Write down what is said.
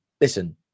Listen